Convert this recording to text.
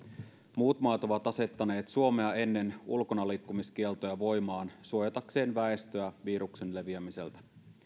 muut maat ovat suomea ennen asettaneet ulkonaliikkumiskieltoja voimaan suojatakseen väestöä viruksen leviämiseltä